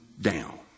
down